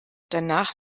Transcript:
danach